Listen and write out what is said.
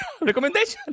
recommendation